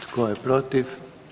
Tko je protiv?